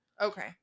Okay